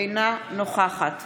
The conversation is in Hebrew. אינה נוכחת